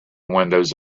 windows